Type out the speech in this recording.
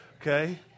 okay